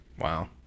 Wow